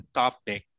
topic